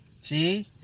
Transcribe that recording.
See